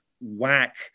whack